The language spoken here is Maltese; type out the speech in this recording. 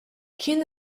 kien